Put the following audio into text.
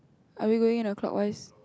are we going on the clockwise